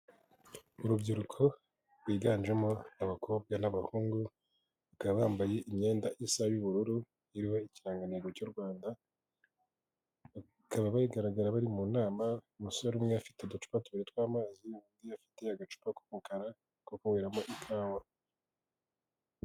Urubyiruko rwiganjemo abakobwa n'abahungu, bakaba bambaye imyenda isa y'ubururu, iriho ikirangantego cy'u Rwanda, bakaba bagaragara bari mu nama, umusore umwe afite uducupa tubiri tw'amazi, undi afite agacupa k'umukara ko kunyweramo ikawa.